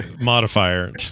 modifier